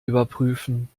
überprüfen